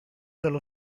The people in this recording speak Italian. dallo